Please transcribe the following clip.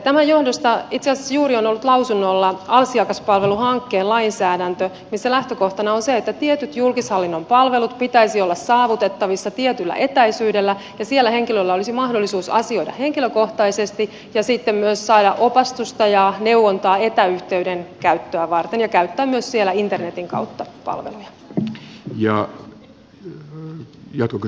tämän johdosta itse asiassa juuri on ollut lausunnolla asiakaspalveluhankkeen lainsäädäntö missä lähtökohtana on se että tiettyjen julkishallinnon palveluiden pitäisi olla saavutettavissa tietyllä etäisyydellä ja siellä henkilöllä olisi mahdollisuus asioida henkilökohtaisesti ja sitten myös saada opastusta ja neuvontaa etäyhteyden käyttöä varten ja käyttää siellä myös internetin kautta palveluja